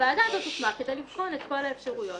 הוועדה הזאת הוקמה כדי לבחון את כל האפשרויות